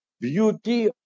beauty